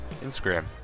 Instagram